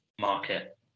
market